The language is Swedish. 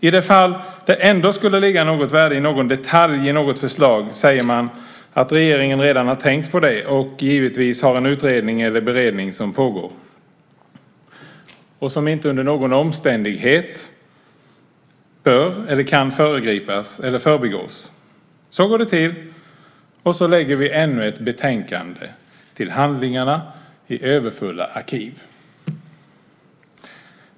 I det fall det ändå skulle ligga något värde i någon detalj i något förslag säger man att regeringen redan har tänkt på det och givetvis har en utredning eller beredning som pågår som inte under någon omständighet bör eller kan föregripas eller förbigås. Så går det till, och så lägger vi ännu ett betänkande till handlingarna i överfulla arkiv.